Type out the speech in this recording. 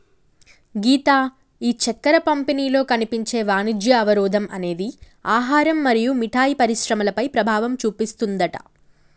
గీత ఈ చక్కెర పంపిణీలో కనిపించే వాణిజ్య అవరోధం అనేది ఆహారం మరియు మిఠాయి పరిశ్రమలపై ప్రభావం చూపిస్తుందట